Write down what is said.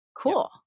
Cool